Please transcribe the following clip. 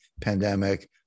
pandemic